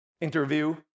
interview